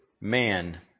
man